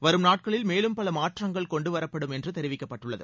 வரும் நாட்களில் மேலும் பல மாற்றங்கள் கொண்டுவரப்படும் என்று தெரிவிக்கப்பட்டுள்ளது